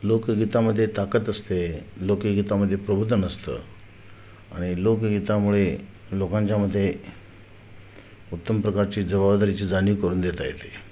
लोकगीतामध्ये ताकद असते लोकगीतामध्ये प्रबोधन असतं आणि लोकगीतामुळे लोकांच्यामध्ये उत्तम प्रकारची जबाबदारीची जाणीव करून देता येते